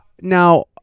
now